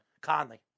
Conley